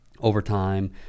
overtime